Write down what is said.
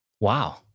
wow